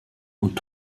und